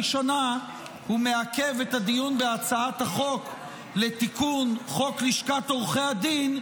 שנה הוא מעכב את הדיון בהצעת החוק לתיקון חוק לשכת עורכי הדין,